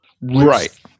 Right